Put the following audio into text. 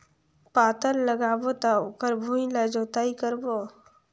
पातल लगाबो त ओकर भुईं ला जोतई करबो?